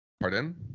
Pardon